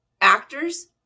actors